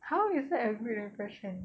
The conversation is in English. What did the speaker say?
how is that a good impression